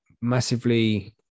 massively